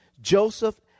Joseph